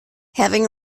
having